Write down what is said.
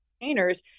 containers